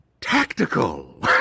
Tactical